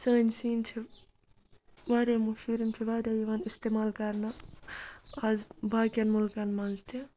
سٲنۍ سِنۍ چھِ واریاہ مٔہشوٗر یِم چھِ واریاہ یِوان استعمال کَرنہٕ آز باقٕیَن مٕلکَن منٛز تہِ